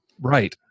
right